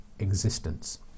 existence